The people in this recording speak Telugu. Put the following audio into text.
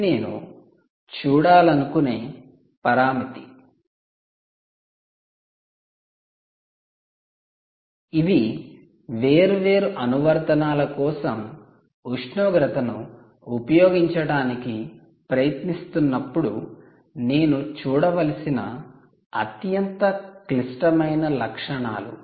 ఇది నేను చూడాలనుకునే పరామితి ఇవి వేర్వేరు అనువర్తనాల కోసం ఉష్ణోగ్రతను ఉపయోగించటానికి ప్రయత్నిస్తున్నప్పుడు నేను చూడవలసిన అత్యంత క్లిష్టమైన లక్షణాలు